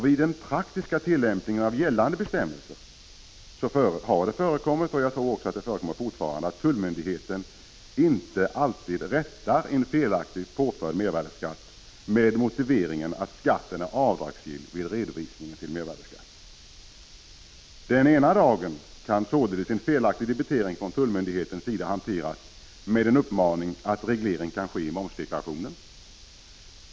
Vid den praktiska tillämpningen av gällande bestämmelser har det förekommit, och jag tror att det förekommer fortfarande, att tullmyndigheten inte alltid rättar en felaktigt påförd mervärdeskatt. Detta gör man med motiveringen att skatten är avdragsgill vid redovisningen till mervärdeskatt. Den ena dagen kan således en felaktig debitering från tullmyndighetens sida hanteras med en uppmaning att reglering kan ske i momsdeklarationen.